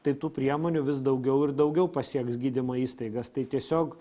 tai tų priemonių vis daugiau ir daugiau pasieks gydymo įstaigas tai tiesiog